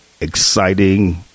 exciting